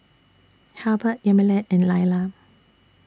Halbert Yamilet and Lailah